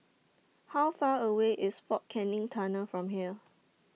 How Far away IS Fort Canning Tunnel from here